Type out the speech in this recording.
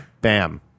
Bam